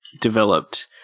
developed